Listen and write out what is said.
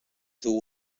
dur